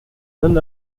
non